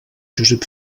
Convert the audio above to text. josep